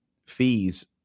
fees